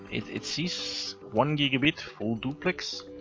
it it sees one gigabit, full duplex.